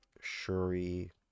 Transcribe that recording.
Shuri